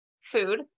food